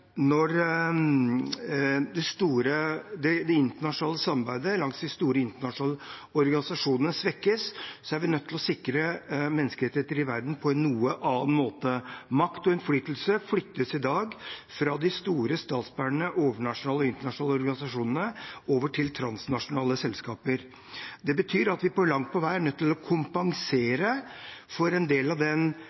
det internasjonale samarbeidet mellom de store internasjonale organisasjonene svekkes, er vi nødt til å sikre menneskerettigheter i verden på en noe annen måte. Makt og innflytelse flyttes i dag fra de store statsbærende, overnasjonale og internasjonale organisasjonene over til transnasjonale selskaper. Det betyr at vi langt på vei er nødt til å kompensere for